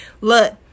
look